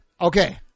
okay